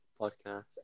podcast